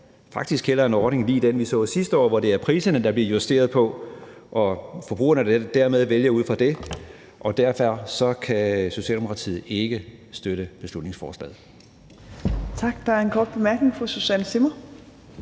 faktisk hellere ser en ordning lig den, vi så sidste år, hvor det er priserne, der bliver justeret, og hvor det er forbrugerne, der dermed vælger ud fra det. Derfor kan Socialdemokratiet ikke støtte beslutningsforslaget.